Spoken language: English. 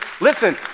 listen